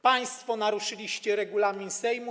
Państwo naruszyliście regulamin Sejmu.